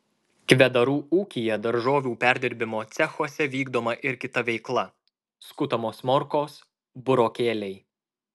kvedarų ūkyje daržovių perdirbimo cechuose vykdoma ir kita veikla skutamos morkos burokėliai